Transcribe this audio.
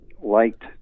liked